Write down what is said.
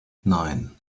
nine